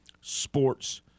sports